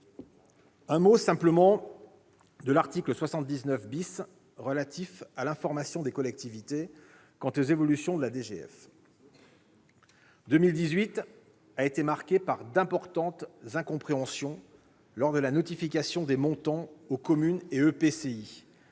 ». S'agissant de l'article 79, relatif à l'information des collectivités quant aux évolutions de la DGF, l'année 2018 a été marquée par d'importantes incompréhensions lors de la notification des montants aux communes et EPCI,